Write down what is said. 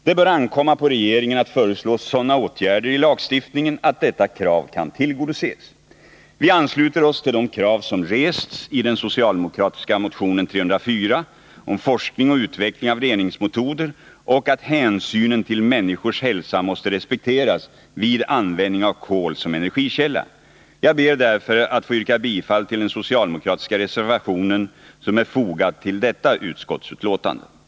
Det bör ankomma på regeringen att föreslå sådana åtgärder i lagstiftningen att detta krav kan tillgodoses. Vi ansluter oss till de krav som rests i den socialdemokratiska motionen 304 om forskning och utveckling av reningsmetoder samt att hänsynen till människors hälsa måste respekteras vid användning av kol som energikälla. Jag ber därför att få yrka bifall till den socialdemokratiska reservation som är fogad till jordbruksutskottets betänkande nr 14.